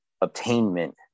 obtainment